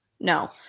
No